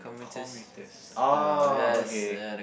commuters oh okay